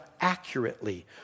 accurately